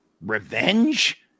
revenge